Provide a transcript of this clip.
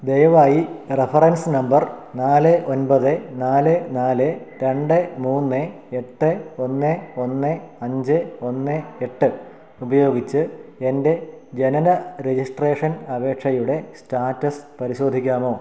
ദെയവായി reference number നാല് ഒൻപത് നാല് നാല് രണ്ട് മൂന്ന് എട്ട് ഒന്ന് ഒന്ന് അഞ്ച് ഒന്ന് എട്ട് ഉപയോഗിച്ച് എൻ്റെ ജനന രജിസ്ട്രേഷൻ അപേക്ഷയുടെ സ്റ്റാറ്റസ് പരിശോധിക്കാമോ